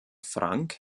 frank